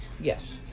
Yes